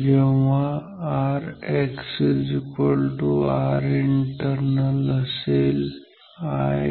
जेव्हा Rx R internal I